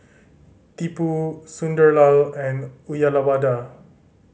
Tipu Sunderlal and Uyyalawada